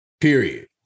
Period